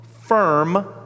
firm